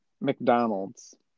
McDonald's